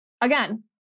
Again